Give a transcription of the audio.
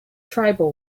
tribal